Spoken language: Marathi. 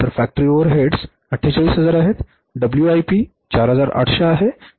तर फॅक्टरी ओव्हरहेड्स 48000 आहेत WIP चा प्रारंभिक स्टॉक 4800 आहे